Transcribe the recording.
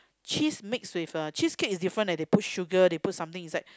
cheese mixed with uh cheese cake is different eh they put sugar they put something is like